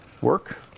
Work